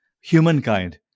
humankind